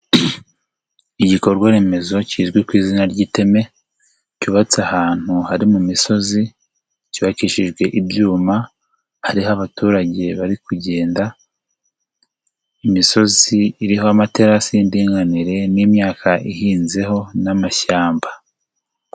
Igikorwa remezo kizwi ku izina ry'iteme, cyubatse ahantu hari mu misozi, cyubakishijwe ibyuma, hariho abaturage bari kugenda, imisozi iriho amatera y'indinganire, n'imyaka ihinzeho n'amashyamba.